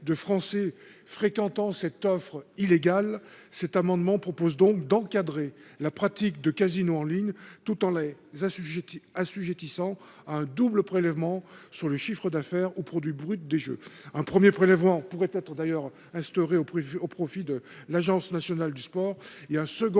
de Français qui fréquentent cette offre illégale, nous proposons, par cet amendement, d’encadrer la pratique des casinos en ligne, tout en les assujettissant à un double prélèvement sur le chiffre d’affaires ou produit brut des jeux. Un premier prélèvement serait instauré au profit de l’Agence nationale du sport. Un second